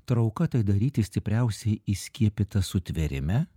trauka tai daryti stipriausiai įskiepyta sutvėrime